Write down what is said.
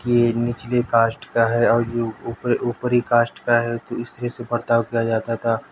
کہ نچلی کاسٹ ہے اور یہ اوپری کاسٹ کا ہے تو اس طرح سے برتاؤ کیا جاتا تھا